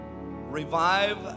Revive